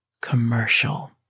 commercial